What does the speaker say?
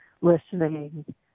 listening